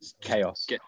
Chaos